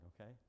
okay